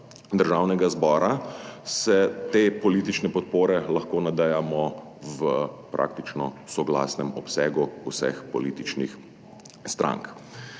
Državnega zbora, se te politične podpore lahko nadejamo v praktično soglasnem obsegu vseh političnih strank.